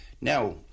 Now